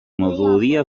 melodia